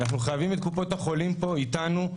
אנחנו חייבים את קופות החולים פה איתנו,